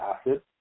acid